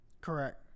Correct